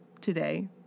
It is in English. today